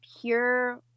pure